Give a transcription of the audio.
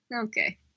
Okay